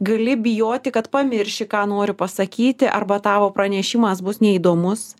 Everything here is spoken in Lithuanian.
gali bijoti kad pamirši ką noriu pasakyti arba tavo pranešimas bus neįdomus